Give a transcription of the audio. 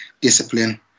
discipline